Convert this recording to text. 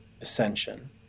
ascension